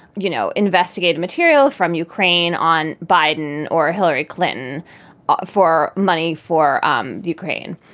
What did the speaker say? you know, investigative material from ukraine on biden or hillary clinton for money for um ukraine.